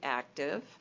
active